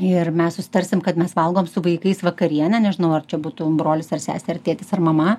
ir mes susitarsim kad mes valgom su vaikais vakarienę nežinau ar čia būtų brolis ar sesė ar tėtis ar mama